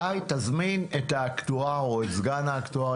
מתי תזמין את האקטואר או את סגן האקטואר,